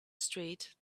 street